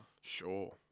Sure